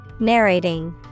Narrating